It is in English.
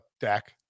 Dak